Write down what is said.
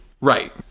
Right